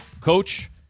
Coach